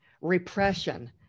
repression